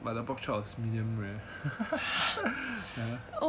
but the pork chops was medium rare